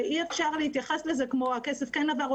אי אפשר להתייחס לזה כמו: הכסף כן עבר,